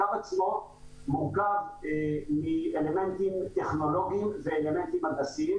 הקו עצמו מורכב מאלמנטים טכנולוגיים ואלמנטים הנדסיים.